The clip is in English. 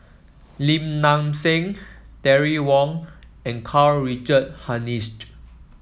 Lim Nang Seng Terry Wong and Karl Richard Hanitsch